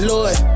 Lord